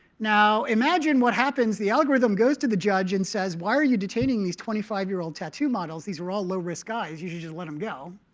now, imagine what happens. the algorithm goes to the judge and says, why are you detaining these twenty five year old tattoo models? these are all low-risk guys. you should just let them go.